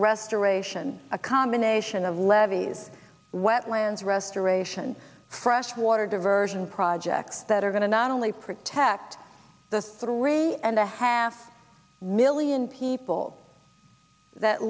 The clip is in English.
restoration a combination of levees wetlands restoration freshwater diversion projects that are going to not only protect the three and a half million people that